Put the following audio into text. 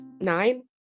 Nine